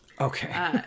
Okay